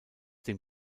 dem